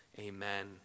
Amen